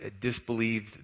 disbelieved